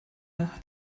hat